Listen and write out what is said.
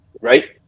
right